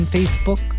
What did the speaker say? Facebook